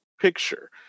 picture